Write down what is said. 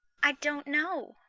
i don't know,